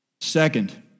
Second